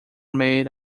made